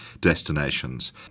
destinations